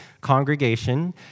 congregation